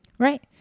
Right